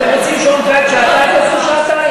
אתם רוצים שעון קיץ שעתיים, תעשו שעתיים.